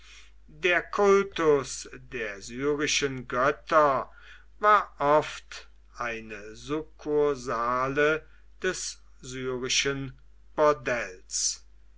der kultus der syrischen götter war oft eine sukkursale des syrischen bordells